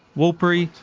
warlpiri,